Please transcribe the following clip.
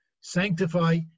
Sanctify